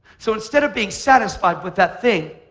so instead of being satisfied with that thing,